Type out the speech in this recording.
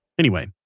anyway,